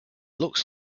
looks